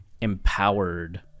empowered